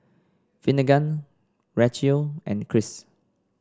Finnegan Racheal and Cris